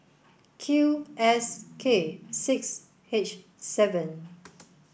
Q S K six H seven